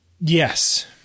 Yes